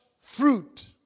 fruit